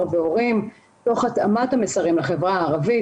והורים תוך התאמת המסרים לחברה הערבית.